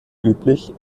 üblich